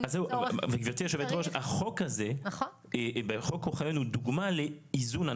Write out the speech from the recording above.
גבירתי היושבת-ראש, חוק אוחיון הוא דוגמה לאיזון.